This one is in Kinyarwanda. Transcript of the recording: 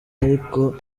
yariko